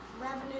Revenue